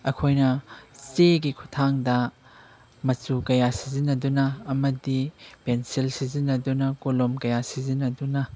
ꯑꯩꯈꯣꯏꯅ ꯆꯦꯒꯤ ꯈꯨꯠꯊꯥꯡꯗ ꯃꯆꯨ ꯀꯌꯥ ꯁꯤꯖꯤꯟꯅꯗꯨꯅ ꯑꯃꯗꯤ ꯄꯦꯟꯁꯤꯜ ꯁꯤꯖꯤꯟꯅꯗꯨꯅ ꯀꯣꯂꯣꯝ ꯀꯌꯥ ꯁꯤꯖꯤꯟꯅꯗꯨꯅ